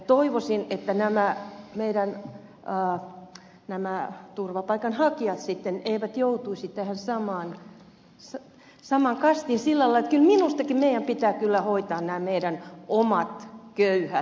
toivoisin että nämä meidän turvapaikanhakijat eivät joutuisi tähän samaan kastiin sillä lailla eli kyllä minustakin meidän pitää hoitaa nämä meidän omat köyhät ensin